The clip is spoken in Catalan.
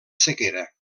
sequera